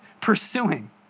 pursuing